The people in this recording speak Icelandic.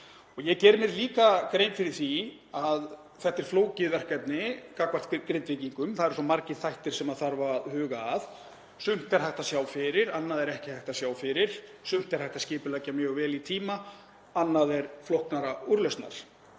Ég geri mér líka grein fyrir því að þetta er flókið verkefni gagnvart Grindvíkingum, það eru svo margir þættir sem þarf að huga að. Sumt er hægt að sjá fyrir, annað er ekki hægt að sjá fyrir. Sumt er hægt að skipuleggja mjög vel í tíma, annað er flóknara úrlausnar.